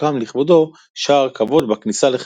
והוקם לכבודו "שער כבוד" בכניסה לחברון.